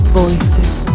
voices